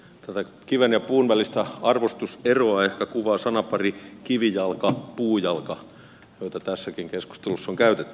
tätä kiven ja puun välistä arvostuseroa ehkä kuvaa sanapari kivijalkapuujalka joita tässäkin keskustelussa on käytetty